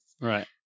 Right